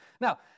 Now